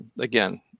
again